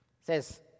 says